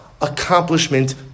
accomplishment